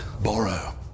borrow